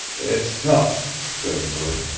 it's tough, said murk.